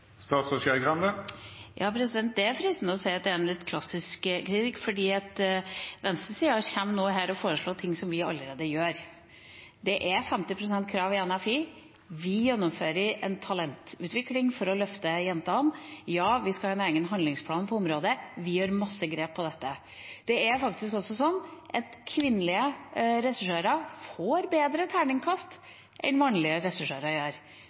statsråd og bare si at likestilling er viktig. Hvorfor vil ikke statsråden støtte ett eneste av de mange konkrete bransjeskapte tiltakene vi foreslår i dag? Det er fristende å si at det er en litt klassisk kritikk, for venstresida kommer nå her og foreslår ting som vi allerede gjør. Det er et 50-pst.-krav i NFI, vi gjennomfører en talentutvikling for å løfte jentene, og ja, vi skal ha en egen handlingsplan på området – vi tar masse grep innenfor dette. Det er faktisk